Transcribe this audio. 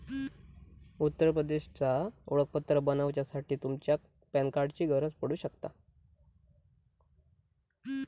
उत्तर प्रदेशचा ओळखपत्र बनवच्यासाठी तुमच्या पॅन कार्डाची गरज पडू शकता